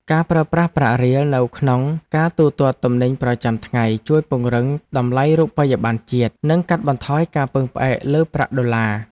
ការប្រើប្រាស់ប្រាក់រៀលនៅក្នុងការទូទាត់ទំនិញប្រចាំថ្ងៃជួយពង្រឹងតម្លៃរូបិយប័ណ្ណជាតិ និងកាត់បន្ថយការពឹងផ្អែកលើប្រាក់ដុល្លារ។